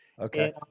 Okay